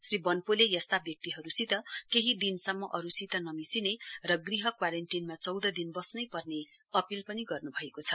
श्री वन्पोले यस्ता व्यक्तिहरूसित केही दिनसम्म अरूसित नमिसिने र गृह क्वारेन्टीनमा चौध दिन बन्नै पर्ने अपील पनि गर्नु भएको छ